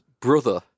brother